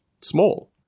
small